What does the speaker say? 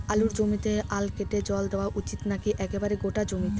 আলুর জমিতে আল কেটে জল দেওয়া উচিৎ নাকি একেবারে গোটা জমিতে?